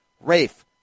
Rafe